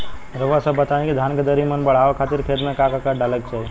रउआ सभ बताई कि धान के दर मनी बड़ावे खातिर खेत में का का डाले के चाही?